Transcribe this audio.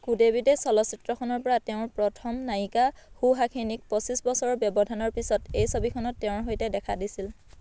কুদেৱীদে চলচ্চিত্ৰখনৰ পৰা তেওঁৰ প্ৰথম নায়িকা সুহাসিনীক পঁচিছ বছৰৰ ব্যৱধানৰ পিছত এই ছবিখনত তেওঁৰ সৈতে দেখা দিছিল